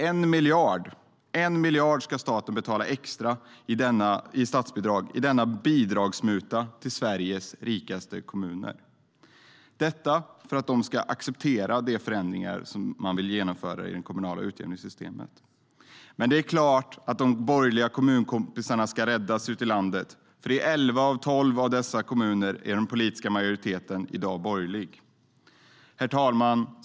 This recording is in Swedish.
En miljard ska staten betala extra i statsbidrag, i denna bidragsmuta till Sveriges rikaste kommuner, för att de ska acceptera de förändringar som Alliansen vill genomföra i det kommunala utjämningssystemet. Det är klart att de borgerliga kommunkompisarna ute i landet ska räddas. I elva av dessa tolv kommuner är ju den politiska majoriteten i dag borgerlig. Herr talman!